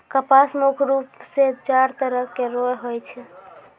कपास मुख्य रूप सें चार तरह केरो होय छै